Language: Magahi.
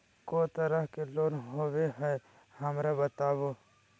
को तरह के लोन होवे हय, हमरा बताबो?